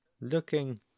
looking